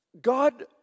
God